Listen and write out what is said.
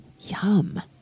Yum